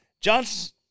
Johnson